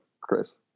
Chris